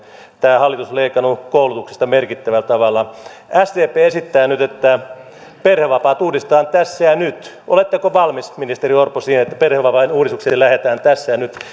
tämä hallitus on leikannut koulutuksesta merkittävällä tavalla sdp esittää nyt että perhevapaat uudistetaan tässä ja nyt oletteko valmis ministeri orpo siihen että perhevapaiden uudistukseen lähdetään tässä ja nyt